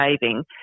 saving